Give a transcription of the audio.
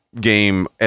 game